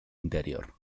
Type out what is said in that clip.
interior